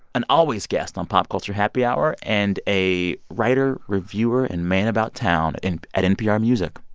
an always guest on pop culture happy hour and a writer, reviewer and man-about-town and at npr music.